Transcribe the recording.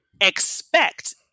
expect